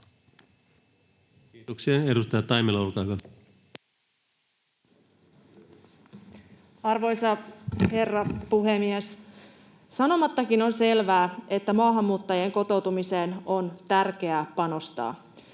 Arvoisa herra puhemies! Sanomattakin on selvää, että maahanmuuttajien kotoutumiseen on tärkeää panostaa.